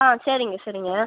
on சரிங்க சரிங்க